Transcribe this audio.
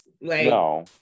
No